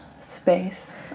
space